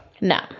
No